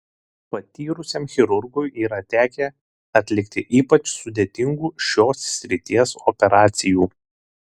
patyrusiam chirurgui yra tekę atlikti ypač sudėtingų šios srities operacijų